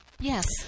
Yes